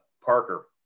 Parker